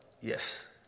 Yes